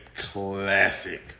classic